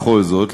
בכל זאת,